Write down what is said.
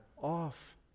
off